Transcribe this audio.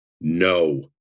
No